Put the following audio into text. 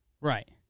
Right